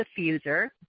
diffuser